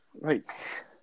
Right